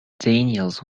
daniels